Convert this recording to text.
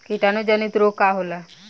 कीटाणु जनित रोग का होला?